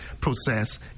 process